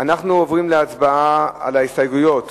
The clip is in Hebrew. אנחנו עוברים להצבעה על ההסתייגויות